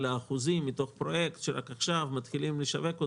על אחוזים מתוך פרויקט שרק עכשיו מתחילים לשווק אותו,